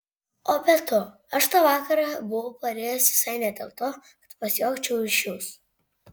o be to aš tą vakarą buvau parėjęs visai ne dėl to kad pasijuokčiau iš jūsų